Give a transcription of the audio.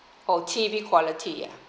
oh T_V quality ah